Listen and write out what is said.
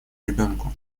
ребенку